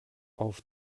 auf